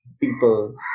people